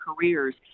careers